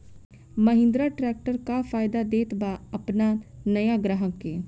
Mahindra tractor का ऑफर देत बा अपना नया ग्राहक के?